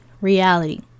reality